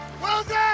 Wilson